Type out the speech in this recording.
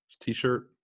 T-shirt